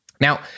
Now